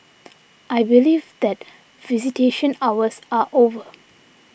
I believe that visitation hours are over